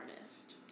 artist